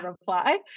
reply